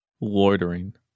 Loitering